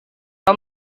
tom